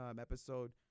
episode